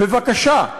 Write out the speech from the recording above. בבקשה.